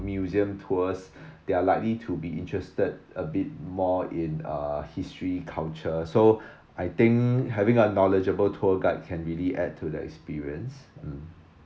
museum tours they are likely to be interested a bit more in uh history culture so I think having a knowledgeable tour guide can really add to their experience